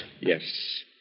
Yes